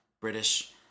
British